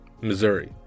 Missouri